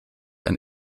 ein